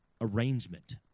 arrangement